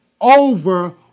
over